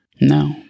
No